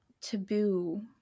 taboo